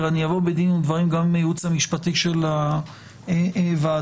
גם עם הייעוץ המשפטי של הוועדה.